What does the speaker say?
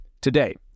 Today